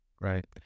Right